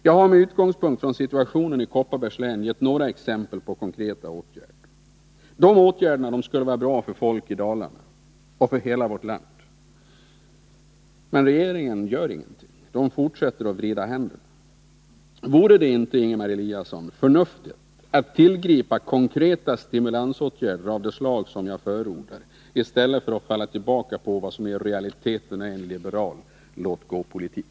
Jag har med utgångspunkt i situationen i Kopparbergs län gett några exempel på konkreta åtgärder som kan vidtas. De åtgärderna skulle vara bra för människorna i Dalarna och för hela vårt land. Men regeringen gör ingenting, den fortsätter att vrida sina händer. Vore det inte, Ingemar Eliasson, förnuftigt att tillgripa konkreta stimulansåtgärder av det slag som jag förordar i stället för att falla tillbaka på vad som i realiteten är en liberal låt-gå-politik?